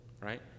right